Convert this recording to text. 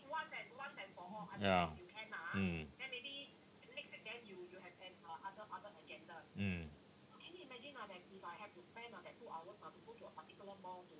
ya mm mm